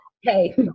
Hey